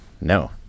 no